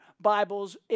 Bibles